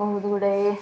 ବହୁତ ଗୁଡ଼ାଏ